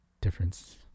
difference